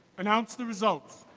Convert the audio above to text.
announce the results.